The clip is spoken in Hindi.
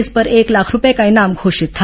इस पर एक लाख रूपए का इनाम घोषित था